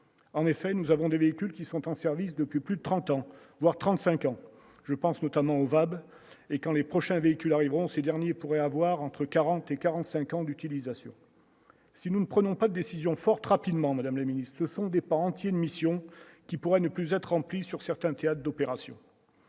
en effet, nous avons des véhicules qui sont en service depuis plus de 30 ans, voire 35 ans, je pense notamment au VAB et quand les prochains véhicules arriveront, ces derniers pourraient avoir entre 40 et 45 ans d'utilisation, si nous ne prenons pas décision forte rapidement Madame le Ministre, ce sont des pans entiers de mission qui pourrait ne plus être rempli sur certains théâtres d'opérations,